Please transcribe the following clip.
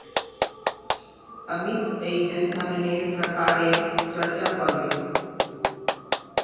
अमित अईज धनन्नेर प्रकारेर चर्चा कर बे